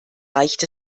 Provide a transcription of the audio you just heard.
reicht